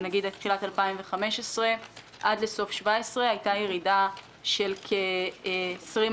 מתחילת 2015 ועד לסוף 2017 הייתה ירידה של כ-20%